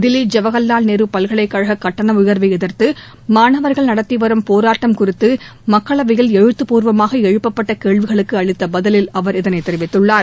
தில்லி ஜவஹர்லால் நேரு பல்கலைக் கழக கட்டண உயர்வை எதிர்த்து மாணவர்கள் நடத்திவரும் போராட்டம் குறித்து மக்களவையில் எழுத்துபூர்வமாக எழுப்பப்பட்ட கேள்விகளுக்கு அளித்த பதிலில் அவர் இதனைத் தெரிவித்துள்ளார்